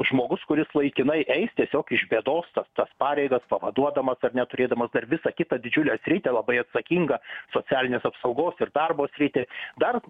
žmogus kuris laikinai eis tiesiog iš bėdos tas tas pareigas pavaduodamas ar net turėdamas dar visą kitą didžiulę sritį labai atsakingą socialinės apsaugos ir darbo sritį dar